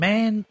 Man